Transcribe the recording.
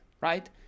right